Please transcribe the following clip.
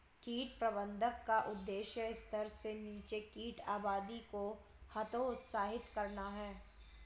कीट प्रबंधन का उद्देश्य स्तर से नीचे कीट आबादी को हतोत्साहित करना है